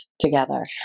together